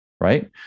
right